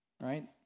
right